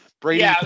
Brady